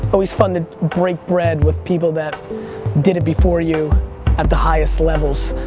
always fun to break bread with people that did it before you at the highest levels.